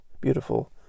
beautiful